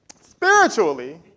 Spiritually